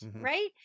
Right